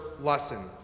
lesson